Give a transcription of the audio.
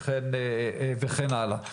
וכן הלאה.